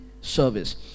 service